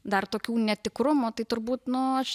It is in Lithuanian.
dar tokių netikrumų tai turbūt nu aš